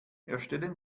erstellen